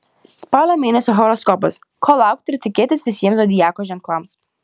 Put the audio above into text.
spalio mėnesio horoskopas ko laukti ir tikėtis visiems zodiako ženklams